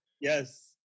Yes